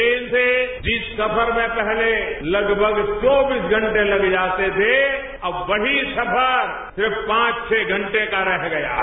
train से जिस सफर में पहले लगभग चौबीस घंटे लग जाते थे अब वही सफर सिर्फ पांच छह घंटे का रह गया है